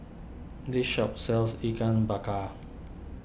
this shop sells Ikan Bakar